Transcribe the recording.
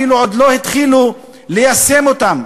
אפילו עוד לא התחילו ליישם אותן,